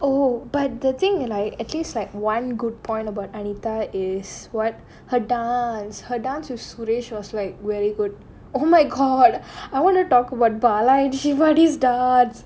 oh but the thing and at least like one good point about anita is what her dance her dance with suresh was like very good oh my god I want to talk about balaji and shivani dance